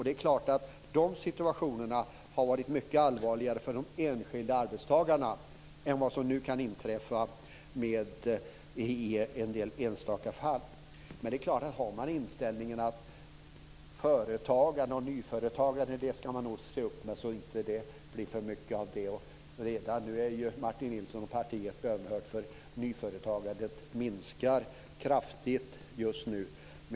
Det är klart att de situationerna var mycket allvarligare för de enskilda arbetstagarna än det som nu kan inträffa i enstaka fall. Socialdemokraterna har inställningen att man ska se upp med företagare och nyföretagande. Martin Nilsson och partiet är redan bönhört, för nyföretagandet minskar kraftigt just nu.